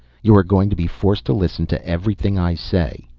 you are going to be forced to listen to everything i say.